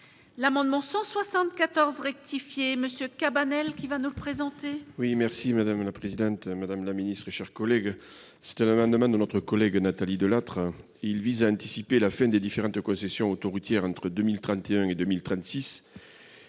L'amendement 174 rectifié monsieur Cabanel, qui va nous représenter. Oui merci madame la présidente, madame la ministre et chers collègues, c'était amendement de notre collègue Nathalie Delattre, il vise à anticiper la fin des différentes concessions autoroutières entre 2031 et 2036,